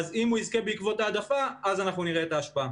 אם הוא יזכה בעקבות ההעדפה אז אנחנו נראה את ההשפעה.